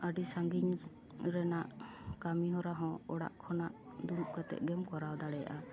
ᱟᱹᱰᱤ ᱥᱟᱹᱜᱤᱧ ᱨᱮᱱᱟᱜ ᱠᱟᱹᱢᱤᱦᱚᱨᱟ ᱦᱚᱸ ᱚᱲᱟᱜ ᱠᱷᱚᱱᱟᱜ ᱫᱩᱲᱩᱵ ᱠᱟᱛᱮᱜᱮᱢ ᱠᱚᱨᱟᱣ ᱫᱟᱲᱮᱭᱟᱜᱼᱟ